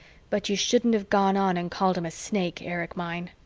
but you shouldn't have gone on and called him a snake, erich mine.